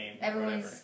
everyone's